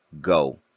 go